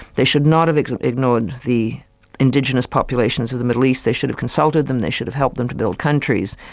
they should not have ignored ignored the indigenous populations of the middle east, they should have consulted them, they should have helped them to build countries,